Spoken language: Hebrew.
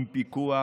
עם פיקוח,